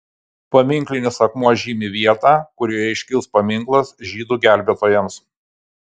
paminklinis akmuo žymi vietą kurioje iškils paminklas žydų gelbėtojams